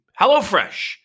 HelloFresh